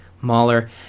Mahler